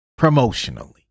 Promotionally